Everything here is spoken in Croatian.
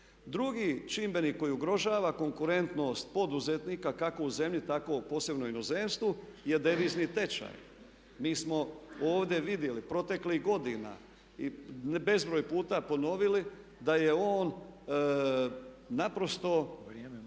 Drugi čimbenik koji ugrožava konkurentnost poduzetnika, kako u zemlji tako posebno u inozemstvu je devizni tečaj. Mi smo ovdje vidjeli proteklih godina i bezbroj puta ponovili da je on naprosto